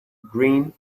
green